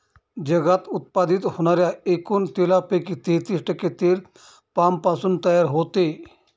जगात उत्पादित होणाऱ्या एकूण तेलापैकी तेहतीस टक्के तेल पामपासून तयार होते